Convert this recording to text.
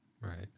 right